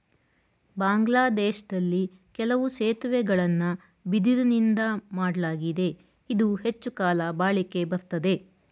ಬಾಂಗ್ಲಾದೇಶ್ದಲ್ಲಿ ಕೆಲವು ಸೇತುವೆಗಳನ್ನ ಬಿದಿರುನಿಂದಾ ಮಾಡ್ಲಾಗಿದೆ ಇದು ಹೆಚ್ಚುಕಾಲ ಬಾಳಿಕೆ ಬರ್ತದೆ